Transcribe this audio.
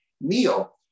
meal